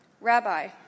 Rabbi